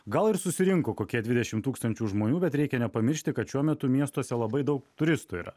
gal ir susirinko kokie dvidešimt tūkstančių žmonių bet reikia nepamiršti kad šiuo metu miestuose labai daug turistų yra